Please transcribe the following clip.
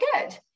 good